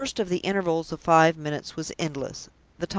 the first of the intervals of five minutes was endless.